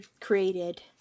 created